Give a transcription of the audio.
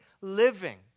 living